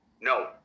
no